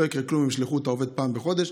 לא יקרה כלום אם ישלחו את העובד פעם בחודש.